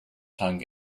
hung